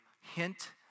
hint